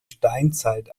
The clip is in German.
steinzeit